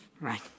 right